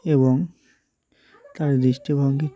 এবং তার দৃষ্টিভঙ্গী